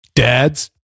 dads